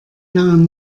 lange